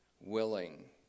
willing